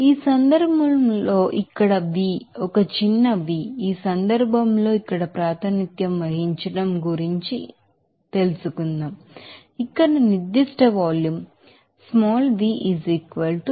ఈ సందర్భంలో ఇక్కడ v ఒక చిన్న v ఈ సందర్భంలో ఇక్కడ ప్రాతినిధ్యం వహించడం గురించి ఏమిటి ఇది నిర్దిష్ట వాల్యూమ్అవుతుంది